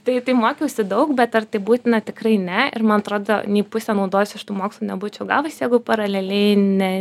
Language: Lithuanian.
tai tai mokiausi daug bet ar tai būtina tikrai ne ir man atrodo nei pusę naudos iš tų mokslų nebūčiau gavus jeigu paraleliai ne